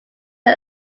its